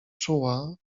czuła